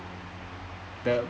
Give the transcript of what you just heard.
the